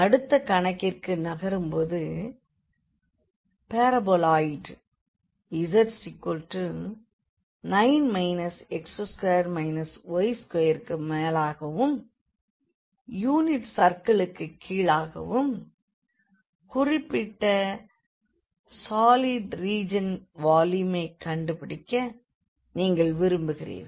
அடுத்த கணக்கிற்கு நகரும் போது parabola paraboloid z9 x2 y2 க்கு மேலாகவும் யூனிட் சர்க்கிளுக்குக் கீழாகவும் சூழப்பட்ட சாலிட் ரீஜனின் வால்யூமைக் கண்டுபிடிக்க நீங்கள் விரும்புகிறீர்கள்